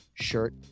shirt